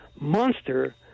monster